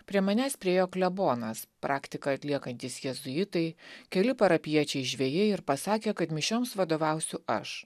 prie manęs priėjo klebonas praktiką atliekantys jėzuitai keli parapijiečiai žvejai ir pasakė kad mišioms vadovausiu aš